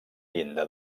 llinda